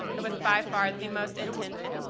it was by far the most intense and